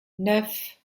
neuf